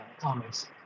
comments